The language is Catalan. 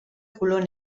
color